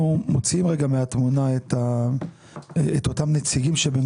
אנחנו מוציאים רגע מהתמונה את אותם נציגים שבין